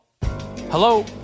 hello